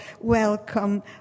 welcome